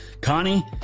Connie